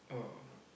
oh